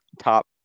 top